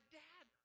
dad